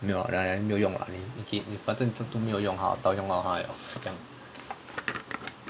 没有 ah then 没有用 lah 你可以你可以反正你都没有用到它就不要用到它了这样